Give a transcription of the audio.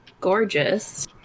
gorgeous